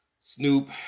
Snoop